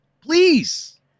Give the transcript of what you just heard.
Please